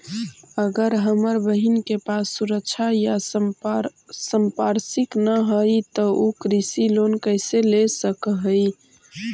अगर हमर बहिन के पास सुरक्षा या संपार्श्विक ना हई त उ कृषि लोन कईसे ले सक हई?